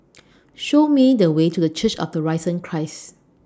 Show Me The Way to Church of The Risen Christ